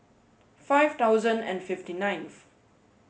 five thousand and fifty ninth